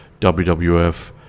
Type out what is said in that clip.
WWF